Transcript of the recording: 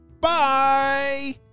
Bye